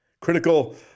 Critical